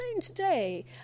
today